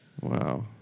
Wow